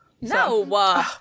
No